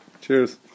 Cheers